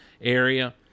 area